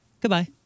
goodbye